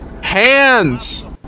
HANDS